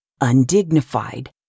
Undignified